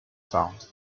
found